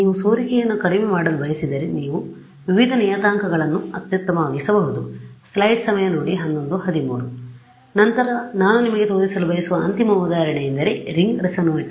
ನೀವು ಸೋರಿಕೆಯನ್ನು ಕಡಿಮೆ ಮಾಡಲು ಬಯಸಿದರೆ ನೀವು ವಿವಿಧ ನಿಯತಾಂಕಗಳನ್ನು ಅತ್ಯುತ್ತಮವಾಗಿಸಬಹುದು ನಂತರ ನಾನು ನಿಮಗೆ ತೋರಿಸಲು ಬಯಸುವ ಅಂತಿಮ ಉದಾಹರಣೆಯೆಂದರೆ ರಿಂಗ್ ರೆಸೊನೇಟರ್